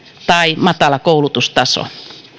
tai matala koulutustaso